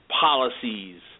policies